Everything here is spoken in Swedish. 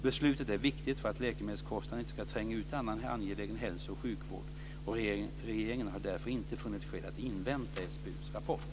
Beslutet är viktigt för att läkemedelskostnaderna inte ska tränga ut annan angelägen hälso och sjukvård. Regeringen har därför inte funnit skäl att invänta SBU:s rapport.